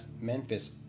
Memphis